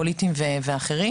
פוליטיים ואחרים,